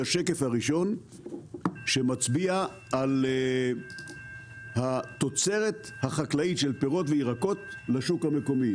השקף הראשון שמצביע על התוצרת החקלאית של פירות וירקות לשוק המקומי.